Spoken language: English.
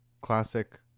classic